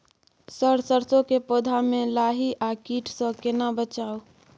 Sir सरसो के पौधा में लाही आ कीट स केना बचाऊ?